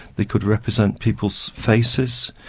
they could represent people's faces,